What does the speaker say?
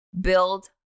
build